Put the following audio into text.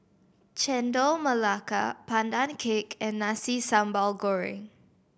Chendol Melaka Pandan Cake and Nasi Sambal Goreng